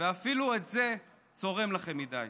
ואפילו זה צורם לכם מדי.